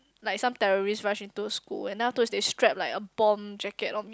like some terrorist rush into a school and then afterwards they strap like a bomb jacket on me